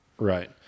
Right